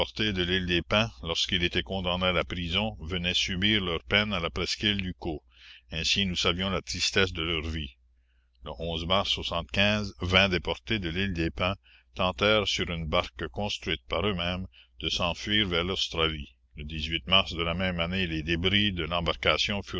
de l'île des pins lorsqu'ils étaient condamnés à la prison venaient subir leur peine à la presqu'île ducos ainsi nous savions la tristesse de leur vie e mars vingt déportés de l'île des pins tentèrent sur une barque construite par eux-mêmes de s'enfuir vers l'australie le mars de la même année les débris de l'embarcation